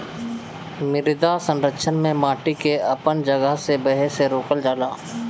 मृदा संरक्षण में माटी के अपन जगह से बहे से रोकल जाला